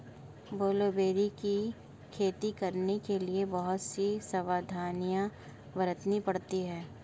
blueberry की खेती करने के लिए बहुत सी सावधानियां बरतनी पड़ती है